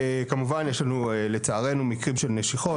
כמובן יש לנו לצערנו מקרים של נשיכות,